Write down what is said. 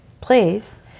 place